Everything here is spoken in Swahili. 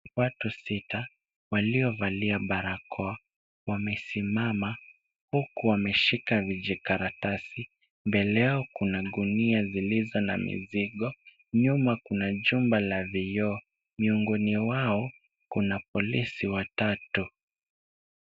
Watu sita waliovalia barakoa wamesimama, huku wameshika vijikaratasi. Mbele yao kuna gunia zilizo na mizigo. Nyuma kuna jumba la vioo. Miongoni wao kuna polisi watatu.